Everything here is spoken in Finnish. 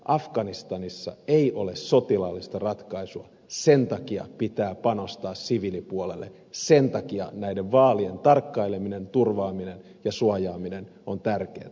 afganistanissa ei ole sotilaallista ratkaisua sen takia pitää panostaa siviilipuolelle sen takia näiden vaalien tarkkaileminen turvaaminen ja suojaaminen on tärkeätä